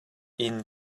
inn